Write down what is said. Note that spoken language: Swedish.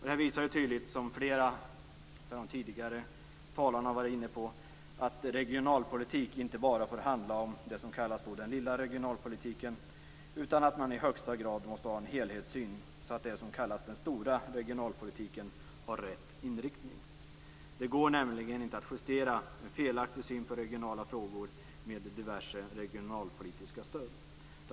Detta visar tydligt, som flera av de tidigare talarna har varit inne på, att regionalpolitik inte bara får handla om det som kallas "den lilla regionalpolitiken". Man måste i högsta grad ha en helhetssyn så att det som kallas "den stora regionalpolitiken" har rätt inriktning. Det går nämligen inte att justera en felaktig syn på regionala frågor med diverse regionalpolitiska stöd.